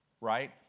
right